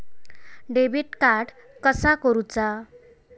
Debit card कसा वापरुचा?